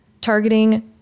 targeting